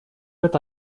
это